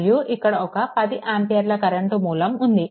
మరియు ఇక్కడ ఒక 10 ఆంపియర్ల కరెంట్ మూలం ఉంది